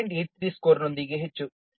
83 ಸ್ಕೋರ್ನೊಂದಿಗೆ ಹೆಚ್ಚು